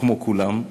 כמו כולם,